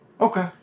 Okay